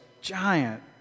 giant